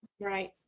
Right